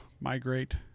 migrate